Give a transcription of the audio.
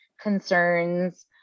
concerns